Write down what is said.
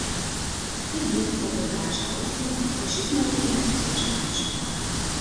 taigi padavė laišką osvaldui o šis mielai ėmėsi laiškanešio darbo